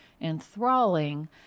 enthralling